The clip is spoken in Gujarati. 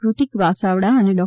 કૃતિક વસાવડા અને ડો